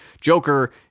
Joker